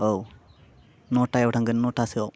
औ न'थायाव थांगोन न'थासोआव